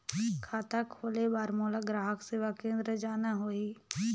खाता खोले बार मोला ग्राहक सेवा केंद्र जाना होही?